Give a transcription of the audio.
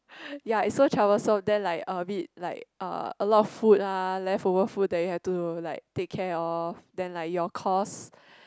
ya it's so troublesome then like a bit like uh a lot of food ah leftover food that you have to like take care of then like your cost